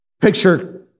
Picture